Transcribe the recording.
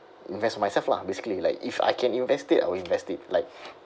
invest myself lah basically like if I can invest it I will invest it like